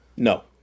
No